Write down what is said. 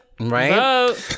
Right